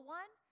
one